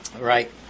Right